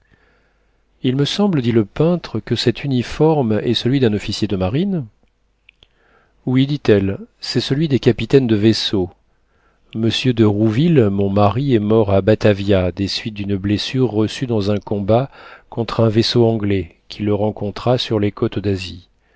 il me semble dit le peintre que cet uniforme est celui d'un officier de marine oui dit-elle c'est celui des capitaines de vaisseau monsieur de rouville mon mari est mort à batavia des suites d'une blessure reçue dans un combat contre un vaisseau anglais qui le rencontra sur les côtes d'asie